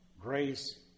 Grace